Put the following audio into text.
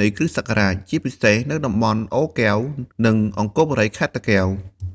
នៃគ្រិស្តសករាជ ជាពិសេសនៅតំបន់អូរកែវ និងអង្គរបុរី ខេត្តតាកែវ។